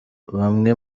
bamwe